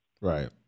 Right